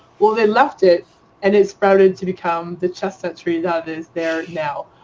well, they left it and it's buried to become the chestnut tree that is there now.